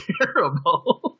terrible